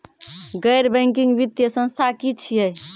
गैर बैंकिंग वित्तीय संस्था की छियै?